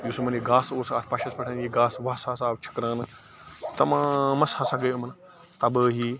یُس یِمَن یہِ گاسہٕ اوس اَتھ پَشَس پٮ۪ٹھ یہِ گاسہٕ واسہٕ ہسا آو چھٔکراونہٕ تَمامس ہسا گٔے یِمَن تبٲہی